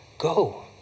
Go